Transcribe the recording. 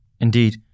indeed